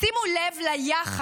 שימו לב ליחס